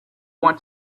want